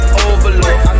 overload